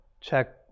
check